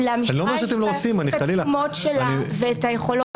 נכנסת לנפקויות ולמשמעויות האלה,